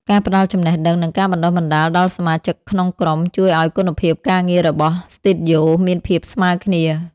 ការផ្ដល់ចំណេះដឹង និងការបណ្ដុះបណ្ដាលដល់សមាជិកក្នុងក្រុម ជួយឱ្យគុណភាពការងាររបស់ស្ទូឌីយ៉ូមានភាពស្មើគ្នា។